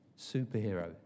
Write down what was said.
superhero